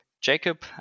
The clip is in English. jacob